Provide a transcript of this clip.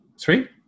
three